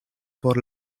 por